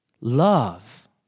Love